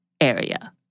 area